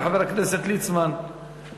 לחבר הכנסת ליצמן,